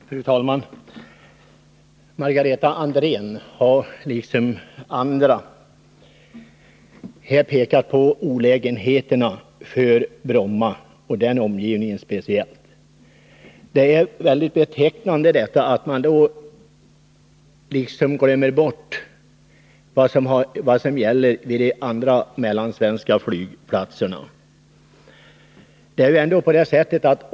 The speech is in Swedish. Fru talman! Margareta Andrén har liksom andra pekat på olägenheterna för speciellt Bromma och dess omgivning. Det är betecknande att man glömmer bort förhållandena vid de andra mellansvenska flygplatserna.